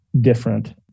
different